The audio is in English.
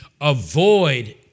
avoid